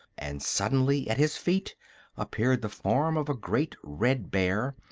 and suddenly at his feet appeared the form of a great red bear,